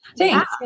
Thanks